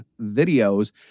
videos